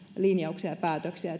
linjauksia ja päätöksiä